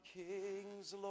kings